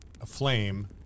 aflame